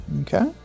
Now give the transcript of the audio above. Okay